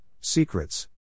Secrets